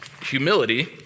Humility